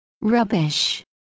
Rubbish